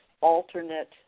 alternate